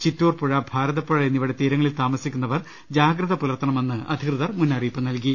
ചിറ്റൂർ പുഴ ഭാര തപ്പൂഴ എന്നിവയുടെ തീരങ്ങളിൽ താമസിക്കുന്നവർ ജാഗ്രത പുലർത്തണമെനന് അധികൃതർ മുന്നറിയിപ്പ് നൽകി